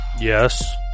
Yes